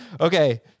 Okay